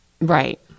Right